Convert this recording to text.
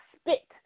spit